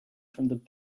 from